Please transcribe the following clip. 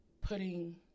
putting